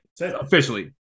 officially